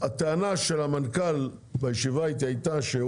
הטענה של המנכ"ל בישיבה איתי הייתה שהוא